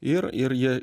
ir ir jie